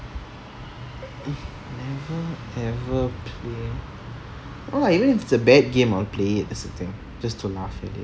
if never ever play no lah I mean even if it's a bad game I will play it just to laugh at it